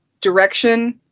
direction